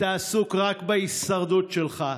אתה עסוק רק בהישרדות שלך,